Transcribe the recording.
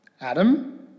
Adam